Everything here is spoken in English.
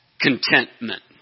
contentment